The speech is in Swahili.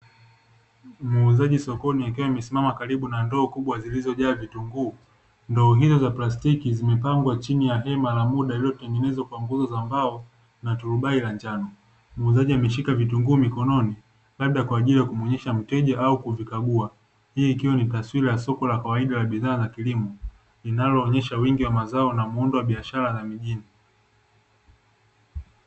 Muuzaji sokoni akiwa amesimama karibu na ndoo kubwa zilizojaa vitunguu. Ndoo hizo za plastiki zimepangwa chini ya hema la muda lililotengenezwa kwa nguzo za mbao na turubai la njano. Muuzaji ameshika vitunguu mikononi, labda kwa ajili ya kumwonyesha mteja au kuvikagua. Hii ikiwa ni taswira ya soko la kawaida la bidhaa za kilimo inayoonyesha wingi wa mazao na muundo wa biashara za mijini.